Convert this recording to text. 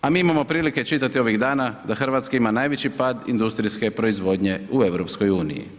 A mi imamo prilike čitati ovih dana da Hrvatska ima najveći pad industrijske proizvodnje u EU.